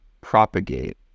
propagate